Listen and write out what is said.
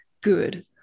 good